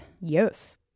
Yes